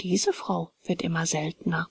diese frau wird immer seltner